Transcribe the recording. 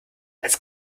als